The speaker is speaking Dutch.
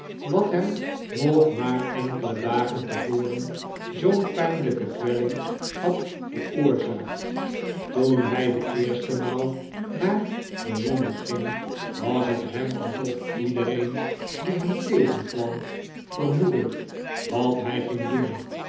wat hem nog maar enkele dagen tevoren zoo'n pijnlijke kwelling had veroorzaakt toen hij de eerste maal naar den lommerd ging was het hem alsof iedereen die hem tegenkwam vermoedde wat hij ging doen